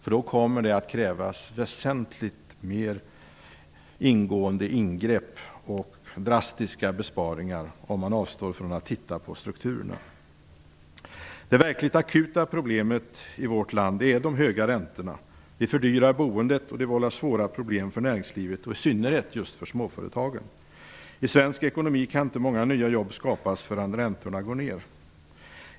Om de avstår från att titta på strukturerna kommer det att leda till väsentligt mer ingående ingrepp och drastiska besparingar. Det verkligt akuta problemet i vårt land är de höga räntorna. De fördyrar boendet och vållar svåra problem för näringslivet, i synnerhet just för småföretagen. Med den svenska ekonomin kan inte många nya jobb skapas förrän räntorna går ner.